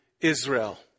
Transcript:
Israel